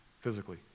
physically